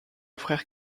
frère